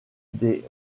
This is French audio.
des